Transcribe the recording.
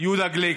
יהודה גליק.